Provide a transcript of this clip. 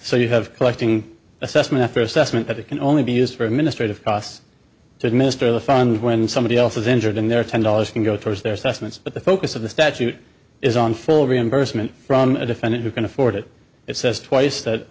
so you have collecting assessment a fair assessment but it can only be used for administrative costs to administer the fund when somebody else is injured and there are ten dollars can go towards their sentiments but the focus of the statute is on full reimbursement from a defendant who can afford it it says twice that